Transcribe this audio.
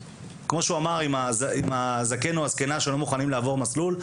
כמו שהוא אמר עם הזקן או הזקנה שלא מוכנים לעבור מסלול.